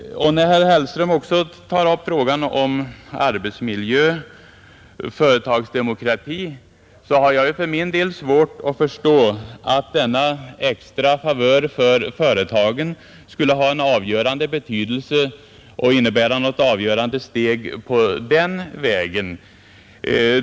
När herr Hellström också tar upp frågan om arbetsmiljö och företagsdemokrati, har jag för min del svårt att förstå att denna extra favör för företagen skulle ha en avgörande betydelse och innebära något avgörande steg på den vägen.